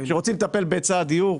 כשרוצים לטפל בהיצע הדיור,